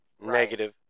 negative